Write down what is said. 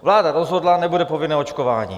Vláda rozhodla: nebude povinné očkování.